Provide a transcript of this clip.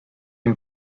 ihm